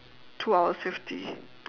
two hours fifty